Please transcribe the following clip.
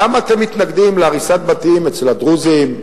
למה אתם מתנגדים להריסת בתים אצל הדרוזים,